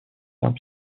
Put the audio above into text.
saint